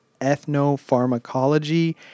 Ethnopharmacology